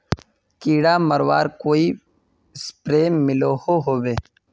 कीड़ा मरवार कोई स्प्रे मिलोहो होबे?